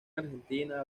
argentina